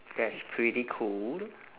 that's pretty cool